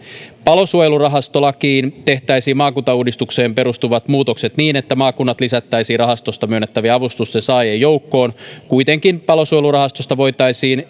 palosuojelurahastolakiin tehtäisiin maakuntauudistukseen perustuvat muutokset niin että maakunnat lisättäisiin rahastosta myönnettävien avustusten saajien joukkoon kuitenkin palosuojelurahastosta voitaisiin